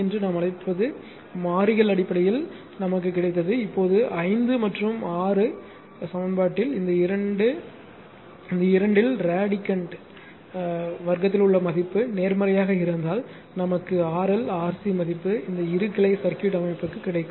என்று நாம் அழைப்பது மாறிகள் அடிப்படையில் நமக்கு கிடைத்தது இப்போது 5 மற்றும் 6 இல் இந்த இரண்டில் ரேடிக்கண்டவர்க்கத்தில் உள் மதிப்பு நேர்மறையாக இருந்தால் நமக்கு RL RC மதிப்பு இந்த இரு கிளை சர்க்யூட் அமைப்புக்கு கிடைக்கும்